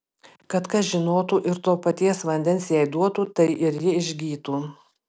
kad kas žinotų ir to paties vandens jai duotų tai ir ji išgytų